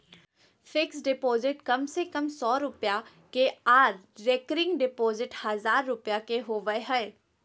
fixed deposit कम से कम सौ रुपया के आर रेकरिंग डिपॉजिट हजार रुपया के होबय हय